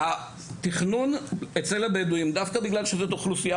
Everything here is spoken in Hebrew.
התכנון אצל הבדואים דווקא בגלל שזאת אוכלוסייה